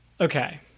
okay